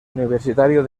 universitario